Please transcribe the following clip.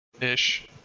ish